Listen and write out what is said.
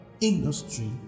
industry